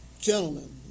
Gentlemen